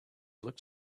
looked